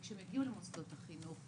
וכשהם הגיעו למוסדות החינוך,